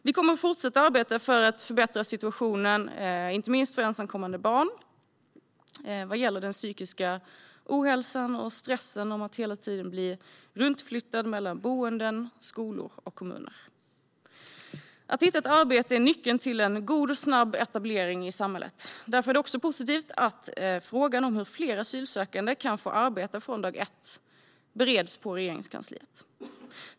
Vi kommer att fortsätta arbeta för att förbättra situationen, inte minst för ensamkommande barn, vad gäller den psykiska ohälsan och stressen av att hela tiden bli runtflyttad mellan boenden, skolor och kommuner. Att hitta ett arbete är nyckeln till en god och snabb etablering i samhället. Därför är det positivt att frågan om hur fler asylsökande kan få arbeta från dag ett bereds på Regeringskansliet.